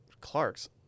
Clark's